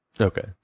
Okay